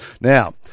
Now